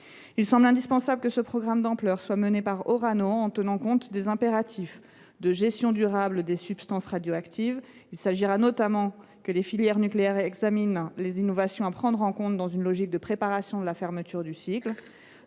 Il semble indispensable que ce programme d’ampleur soit mené par Orano en tenant compte des impératifs de gestion durable des substances radioactives. Il conviendra notamment que les filières nucléaires examinent les innovations à prendre en compte dans une logique de préparation de la fermeture du cycle